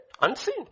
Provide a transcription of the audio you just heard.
Unseen